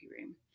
room